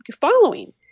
following